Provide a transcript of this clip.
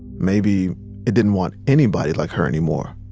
maybe it didn't want anybody like her anymore